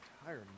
entire